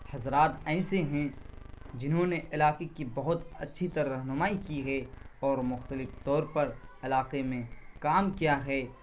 حضرات ایسے ہیں جنہوں نے علاقے کی بہت اچھی طرح رہنمائی کی ہے اور مخلتف طور پر علاقے میں کام کیا ہے